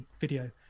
video